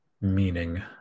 meaning